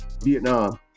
Vietnam